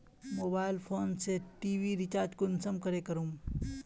Mobile phone से TV recharge कुंसम करे करूम?